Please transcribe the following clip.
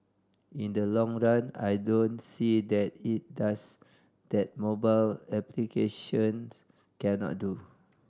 in the long run I don't see what it does that mobile applications cannot do